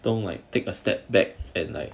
don't like take a step back at like